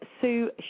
Sue